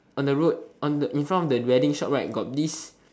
on the road on the in front of the wedding shop right got this